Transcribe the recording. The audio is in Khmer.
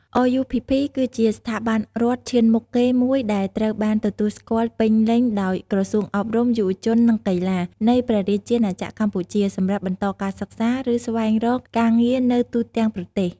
RUPP គឺជាស្ថាប័នរដ្ឋឈានមុខគេមួយដែលត្រូវបានទទួលស្គាល់ពេញលេញដោយ ក្រសួងអប់រំ យុវជន និងកីឡា នៃព្រះរាជាណាចក្រកម្ពុជា សម្រាប់បន្តការសិក្សា ឬស្វែងរកការងារនៅទូទាំងប្រទេស។